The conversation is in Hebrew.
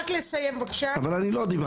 רק לסיים בבקשה.